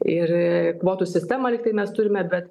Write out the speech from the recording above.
ir kvotų sistemą lyg tai mes turime bet